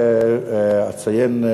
אציין,